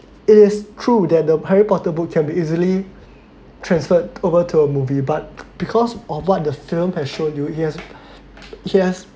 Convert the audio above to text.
it is true that the harry potter book can be easily transferred over to a movie but because of what the film has shown you he has he has